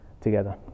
together